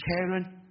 Karen